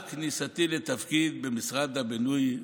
כניסתי לתפקיד במשרד הבינוי והשיכון.